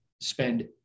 spend